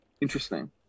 interesting